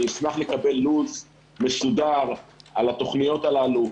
אני אשמח לקבל לו"ז מסודר על התוכניות הללו,